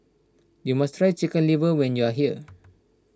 you must try Chicken Liver when you are here